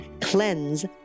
CLEANSE